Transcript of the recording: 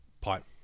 pipe